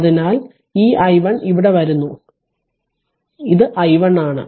അതിനാൽ ഈ i1 ഇവിടെ വരുന്നു ഇത് i1 ആണ്